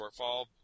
shortfall